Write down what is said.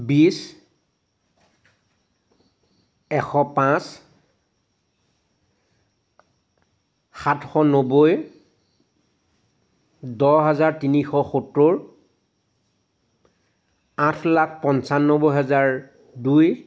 বিছ এশ পাঁচ সাতশ নব্বৈ দহ হাজাৰ তিনিশ সত্তৰ আঠ লাখ পঞ্চান্নব্বৈ হাজাৰ দুই